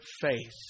faith